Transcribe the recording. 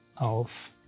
auf